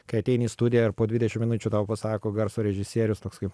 kai ateini į studiją ir po dvidešim minučių tau pasako garso režisierius toks kaip